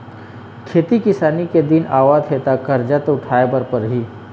खेती किसानी के दिन आवत हे त करजा तो उठाए बर परही